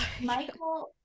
michael